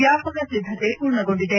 ವ್ಯಾಪಕ ಸಿದ್ದತೆ ಪೂರ್ಣಗೊಂಡಿದೆ